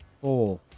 four